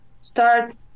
start